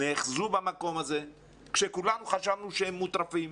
נאחזו במקום הזה כשכולנו חשבנו שהם מטורפים,